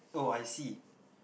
oh I see